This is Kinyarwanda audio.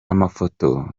amafoto